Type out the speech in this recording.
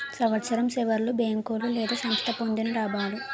సంవత్సరం సివర్లో బేంకోలు లేదా సంస్థ పొందిన లాబాలు